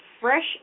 fresh